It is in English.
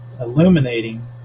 illuminating